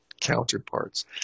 counterparts